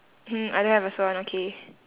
mm I don't have a swan okay